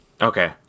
Okay